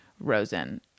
ROSEN